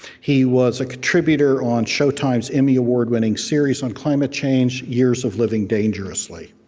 he was a contributor on showtime's emmy award winning series on climate change years of living dangerously.